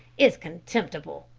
it's contemptible.